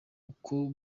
uko